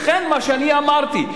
לכן מה שאני אמרתי,